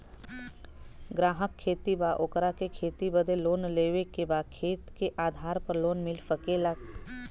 ग्राहक किसान बा ओकरा के खेती बदे लोन लेवे के बा खेत के आधार पर लोन मिल सके ला?